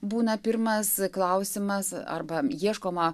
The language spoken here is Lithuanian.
būna pirmas klausimas arba ieškoma